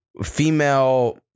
female